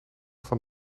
van